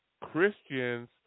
Christians